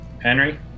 Henry